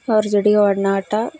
ಅವ್ರ ಜೋಡಿ ಒಡನಾಟ